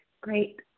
Great